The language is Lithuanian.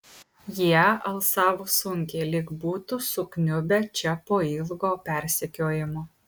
jie alsavo sunkiai lyg būtų sukniubę čia po ilgo persekiojimo